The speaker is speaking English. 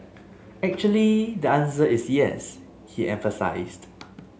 actually the answer is yes he emphasised